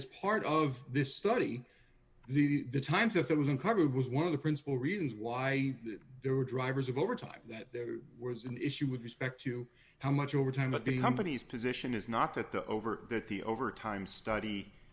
as part of this study the times if it was uncovered was one of the principal reasons why there were drivers over time that there was an issue with respect to how much overtime but the company's position is not at the over that the overtime study